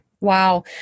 wow